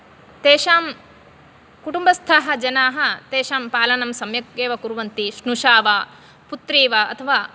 तेषां कुटुम्बस्थाः जनाः तेषां पालनं सम्यक् एव कुर्वन्ति स्नुषा वा पुत्री वा अथवा